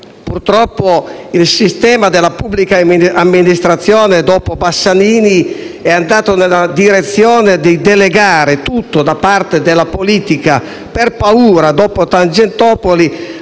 purtroppo, il sistema della pubblica amministrazione, dopo le leggi Bassanini, è andato nella direzione di delegare tutto, da parte della politica - per paura, dopo Tangentopoli